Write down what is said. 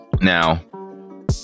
now